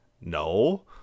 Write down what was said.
No